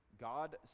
God